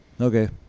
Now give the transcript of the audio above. Okay